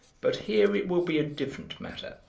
but here it will be a different matter.